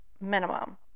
minimum